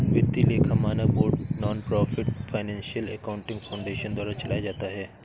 वित्तीय लेखा मानक board nonprofit financial accounting foundation द्वारा चलाया जाता है